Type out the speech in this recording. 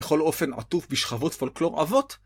בכל אופן עטוף בשכבות פולקלור עבות.